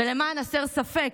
ולמען הסר ספק,